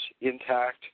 intact